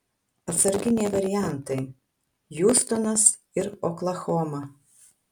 atsarginiai variantai hiūstonas ir oklahoma